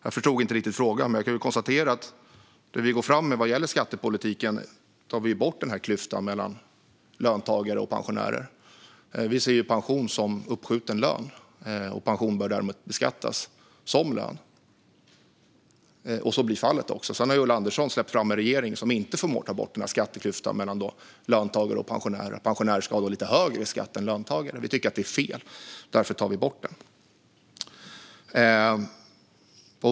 Jag förstod inte riktigt frågan, men jag kan konstatera att vi med det som vi går fram med vad gäller skattepolitiken tar bort klyftan mellan löntagare och pensionärer. Vi ser pension som uppskjuten lön, och pension bör därmed beskattas som lön. Så blir också fallet. Ulla Andersson har släppt fram en regering som inte förmår att ta bort skatteklyftan mellan löntagare och pensionärer, och pensionärer har då lite högre skatt än löntagare. Vi tycker att detta är fel; därför tar vi bort det.